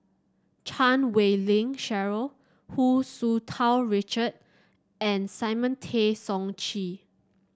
Chan Wei Ling Cheryl Hu Tsu Tau Richard and Simon Tay Seong Chee